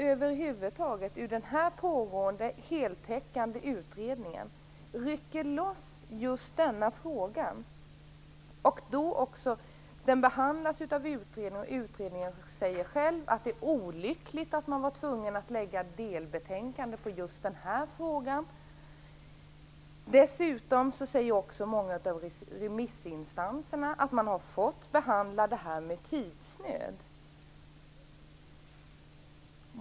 Ur den här pågående, heltäckande utredningen rycks just denna fråga loss. Den behandlas av utredningen, och i utredningen säger man att det är olyckligt att man var tvungen att lägga fram ett delbetänkande i just den här frågan. Många av remissinstanserna säger också att frågan har fått behandlas under tidsnöd.